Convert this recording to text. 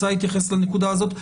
רוצה להתייחס לנקודה הזאת?